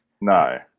No